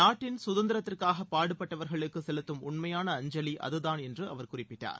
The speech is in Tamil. நாட்டின் சுதந்திரத்திற்காக பாடுபட்டவர்களுக்கு செலுத்தும் உண்மையான அஞ்சலி அதுதான் என்று அவர் குறிப்பிட்டார்